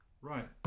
Right